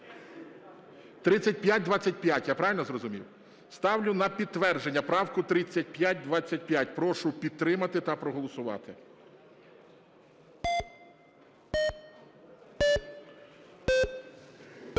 3525, я правильно зрозумів? Ставлю на підтвердження правку 3525. Прошу підтримати та проголосувати.